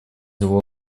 его